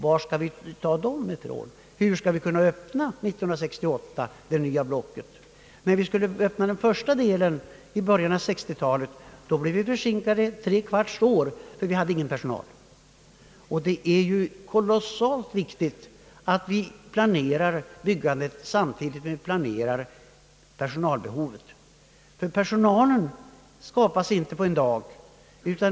Varifrån skall vi få den personalen? Hur skall vi kunna öppna det nya blocket 1968? När vi skulle öppna den första delen av detta block i början av 1960 talet, blev vi försinkade tre kvarts år, då vi inte hade någon personal. Det är synnerligen viktigt, att allt sjukhusbyggande planeras parallellt med planering av personalbehovet, ty personal skapas inte på en dag.